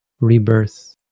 rebirth